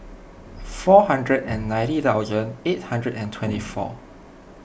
four hundred and ninety thousand eight hundred and twenty four